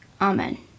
Amen